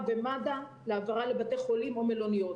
במד"א להעברה לבתי חולים או למלוניות.